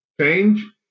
Change